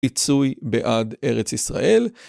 עיצוי בעד ארץ ישראל.